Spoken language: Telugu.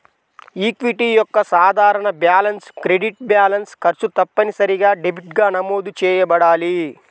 ఈక్విటీ యొక్క సాధారణ బ్యాలెన్స్ క్రెడిట్ బ్యాలెన్స్, ఖర్చు తప్పనిసరిగా డెబిట్గా నమోదు చేయబడాలి